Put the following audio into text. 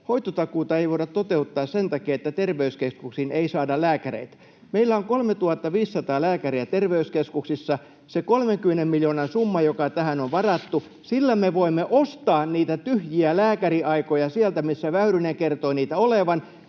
hoitotakuuta ei voida toteuttaa sen takia, että terveyskeskuksiin ei saada lääkäreitä. Meillä on 3 500 lääkäriä terveyskeskuksissa. Sillä 30 miljoonan summalla, joka tähän on varattu, me voimme ostaa niitä tyhjiä lääkäriaikoja sieltä, missä Väyrynen kertoi niitä olevan,